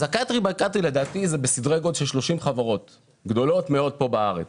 ה- country by country זה 30 חברות גדולות פה בארץ.